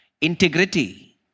integrity